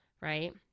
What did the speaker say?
right